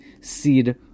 seed